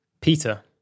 Peter